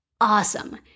Awesome